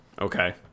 Okay